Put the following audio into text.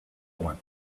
one